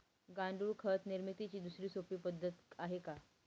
गांडूळ खत निर्मितीची दुसरी सोपी पद्धत आहे का?